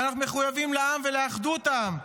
ואנחנו מחויבים לעם ולאחדות העם,